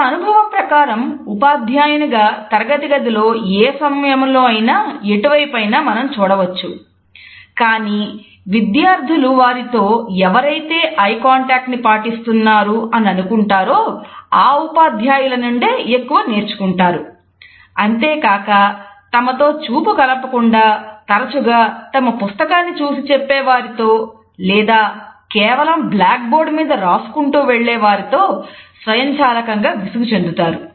మన అనుభవం ప్రకారం ఉపాధ్యాయునిగా తరగతి గదిలో ఏ సమయంలో అయినా ఎటువైపైన మనం చూడవచ్చు కానీ విద్యార్థులు వారితో ఎవరైతే ఐ కాంటాక్ట్ విసుగు చెందుతారు